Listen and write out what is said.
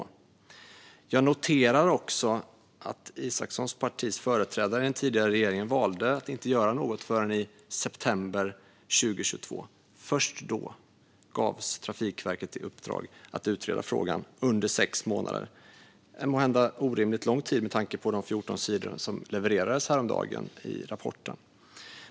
Jag noterar också att Isacssons partis företrädare i den tidigare regeringen valde att inte göra något förrän i september 2022. Först då gavs Trafikverket i uppdrag att utreda frågan under sex månader - en måhända orimligt lång tid med tanke på de 14 sidor som levererades i rapporten häromdagen.